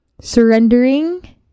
Surrendering